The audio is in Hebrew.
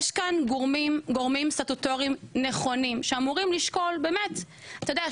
יש כאן גורמים סטטוטוריים נכונים שאמורים לשקול באמת אתה יודע,